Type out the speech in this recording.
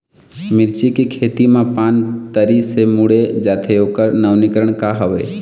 मिर्ची के खेती मा पान तरी से मुड़े जाथे ओकर नवीनीकरण का हवे?